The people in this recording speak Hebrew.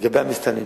לגבי המסתננים,